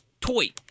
toy